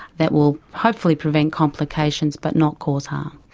that will hopefully prevent complications but not cause harm.